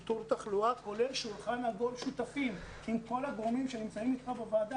כולל שולחן עגול של שותפים עם כל הזרמים כאן בוועדה.